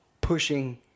pushing